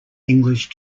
english